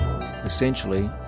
Essentially